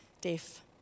deaf